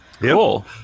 Cool